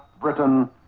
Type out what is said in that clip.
britain